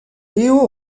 léo